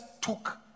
took